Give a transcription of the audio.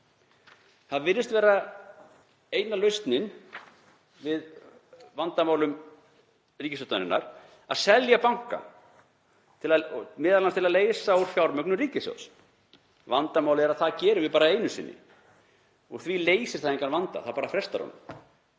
Það virðist vera eina lausnin við vandamálum ríkisstjórnarinnar að selja banka, m.a. til að leysa úr fjármögnun ríkissjóðs. Vandamálið er að það gerum við bara einu sinni og því leysir það engan vanda, það bara frestar honum.